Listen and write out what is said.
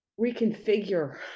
reconfigure